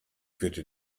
bitte